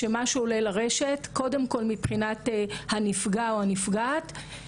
הטכנולוגיה והאפליקציות להקל על תהליך הסרת התכנים,